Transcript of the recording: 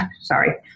sorry